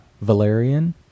Valerian